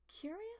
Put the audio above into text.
Curious